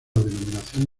denominación